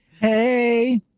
Hey